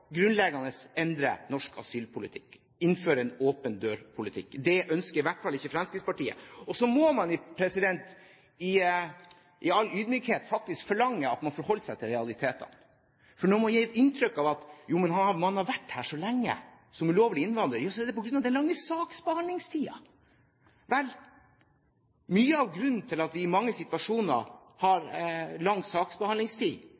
grunnleggende endre norsk asylpolitikk, innføre en åpen-dør-politikk. Det ønsker i hvert fall ikke Fremskrittspartiet. Så må man i all ydmykhet faktisk forlange at man forholder seg til realitetene. Når man gir inntrykk av at man har vært her så lenge som ulovlig innvandrer, er det på grunn av den lange saksbehandlingstiden! Vel, mye av grunnen til at vi i mange situasjoner